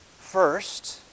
first